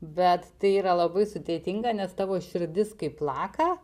bet tai yra labai sudėtinga nes tavo širdis kai plaka